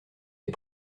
les